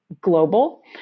global